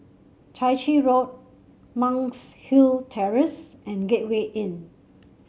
Chai Chee Road Monk's Hill Terrace and Gateway Inn